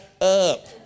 up